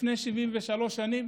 לפני 73 שנים